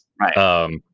Right